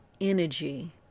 energy